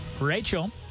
rachel